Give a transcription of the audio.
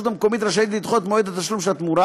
המקומית רשאית לדחות את מועד תשלום של התמורה.